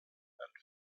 and